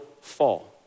fall